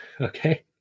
okay